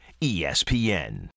ESPN